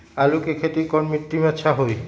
आलु के खेती कौन मिट्टी में अच्छा होइ?